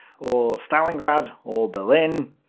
or stalingrad, or belin.